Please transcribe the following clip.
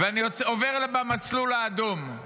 ואני עובר במסלול האדום.